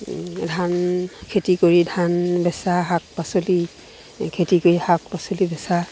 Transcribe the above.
ধান খেতি কৰি ধান বেচা শাক পাচলি খেতি কৰি শাক পাচলি বেচা